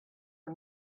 the